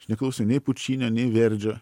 aš neklausiau nei pučinio nei verdžio